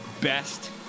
best